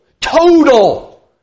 total